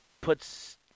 puts